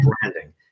branding